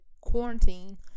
quarantine